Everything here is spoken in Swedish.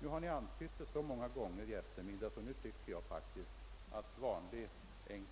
Nu har ni antytt det så många gånger i eftermiddag, att jag tycker att vanlig